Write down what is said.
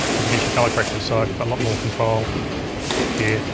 a davinci color corrector. so i've got a lot more control here.